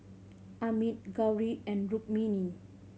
Amit Gauri and Rukmini